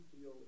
feel